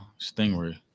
stingray